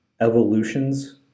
evolutions